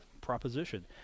proposition